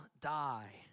die